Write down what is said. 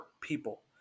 people